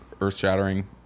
Earth-shattering